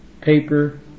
paper